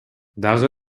дагы